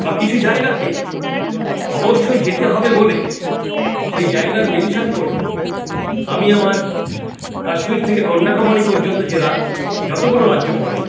বা কিছু জায়গাকে অবশ্যই যেতে হবে বলে সেই জায়গার মেনশান করে আমি আমার কাশ্মীর থেকে কন্যাকুমারী পর্যন্ত যে রা যতোগুলো রাজ্য পড়ে